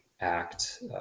act